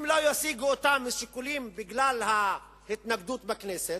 אם לא ישיגו זאת בגלל ההתנגדות בכנסת,